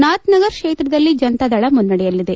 ನಾಥ್ನಗರ ಕ್ಷೇತ್ರದಲ್ಲಿ ಜನತಾದಳ ಮುನ್ನಡೆಯಲ್ಲಿದೆ